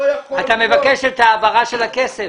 אתה מבקש את העברת הכסף.